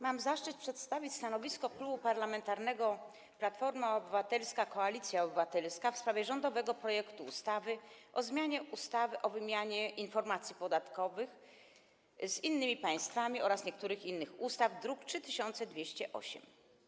Mam zaszczyt przedstawić stanowisko Klubu Parlamentarnego Platforma Obywatelska - Koalicja Obywatelska w sprawie rządowego projektu ustawy o zmianie ustawy o wymianie informacji podatkowych z innymi państwami oraz niektórych innych ustaw, druk nr 3208.